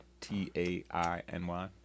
T-A-I-N-Y